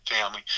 family